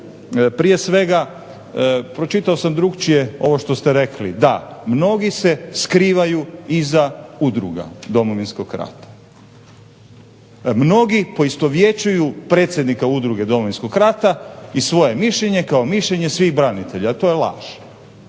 Prije svega, pročitao sam drukčije ovo što ste rekli. Da, mnogi se skrivaju iza udruga Domovinskog rata, mnogi poistovjećuju predsjednika Udruge Domovinskog rata i svoje mišljenje kao mišljenje svih branitelja, to je laž.